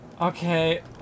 Okay